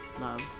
love